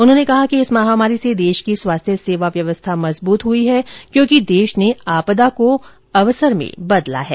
उन्होंने कहा कि इस महामारी से देश की स्वास्थ्य सेवा व्यवस्था मजबूत हुई है क्योंकि देश ने आपदा को अवसर में बदला है